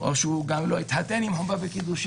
או שהתחתן ללא חופה וקידושין,